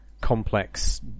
complex